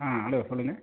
ஆ hello சொல்லுங்கள்